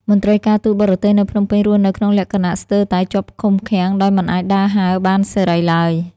មន្ត្រីការទូតបរទេសនៅភ្នំពេញរស់នៅក្នុងលក្ខណៈស្ទើរតែជាប់ឃុំឃាំង ដោយមិនអាចដើរហើរបានសេរីឡើយ។